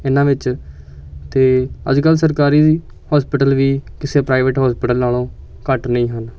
ਇਹਨਾਂ ਵਿੱਚ ਅਤੇ ਅੱਜ ਕੱਲ੍ਹ ਸਰਕਾਰੀ ਹੋਸਪੀਟਲ ਵੀ ਕਿਸੇ ਪ੍ਰਾਈਵੇਟ ਹੋਸਪੀਟਲ ਨਾਲੋਂ ਘੱਟ ਨਹੀਂ ਹਨ